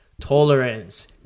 tolerance